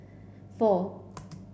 four